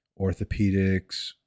orthopedics